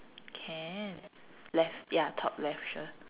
can left ya top left sure